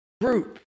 group